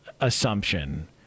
assumption